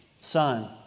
Son